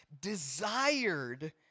desired